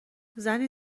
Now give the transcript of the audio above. زنی